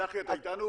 צחי, אתה איתנו?